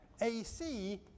AC